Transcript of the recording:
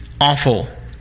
awful